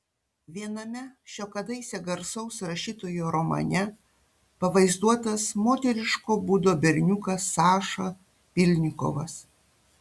viename šio kadaise garsaus rašytojo romane pavaizduotas moteriško būdo berniukas saša pylnikovas